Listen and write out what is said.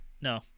No